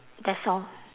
that's all